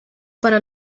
para